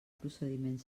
procediment